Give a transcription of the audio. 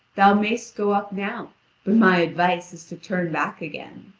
thou mayst go up now but my advice is to turn back again.